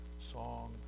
song